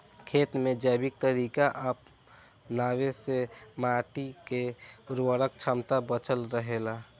खेत में जैविक तरीका अपनावे से माटी के उर्वरक क्षमता बचल रहे ला